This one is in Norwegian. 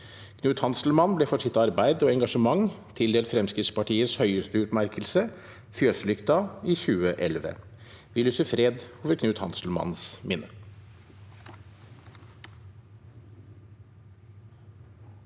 Knut Hanselmann ble for sitt arbeid og engasjement tildelt Fremskrittspartiets høyeste utmerkelse, Fjøslykta, i 2011. Vi lyser fred over Knut Hanselmanns minne.